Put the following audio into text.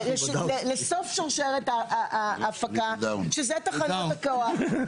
לסוף שרשרת ההפקה, שזה תחנות הכוח.